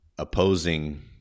opposing